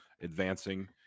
advancing